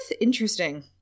Interesting